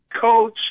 Coach